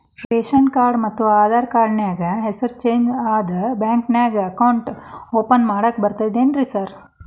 Ration card ಮತ್ತ Aadhaar card ನ್ಯಾಗ ಹೆಸರು ಚೇಂಜ್ ಅದಾ ಬ್ಯಾಂಕಿನ್ಯಾಗ ಅಕೌಂಟ್ ಓಪನ್ ಮಾಡಾಕ ಬರ್ತಾದೇನ್ರಿ ಸಾರ್?